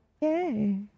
Yay